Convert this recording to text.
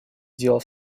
дел